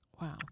wow